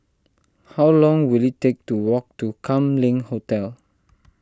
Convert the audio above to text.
how long will it take to walk to Kam Leng Hotel